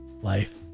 life